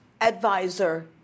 advisor